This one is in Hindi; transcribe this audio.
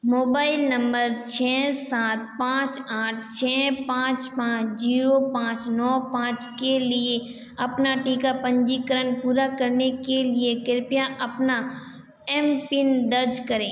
मोबाइल नंबर छ सात पाँच आठ छ पाँच पाँच जीरो पाँच नौ पाँच के लिए अपना टीका पंजीकरण पूरा करने के लिए कृपया अपना एम पिन दर्ज करें